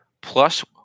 plus